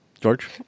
George